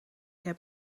heb